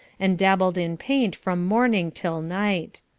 and dabbled in paint from morning till night.